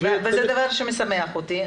וזה דבר שמשמח אותי.